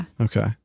okay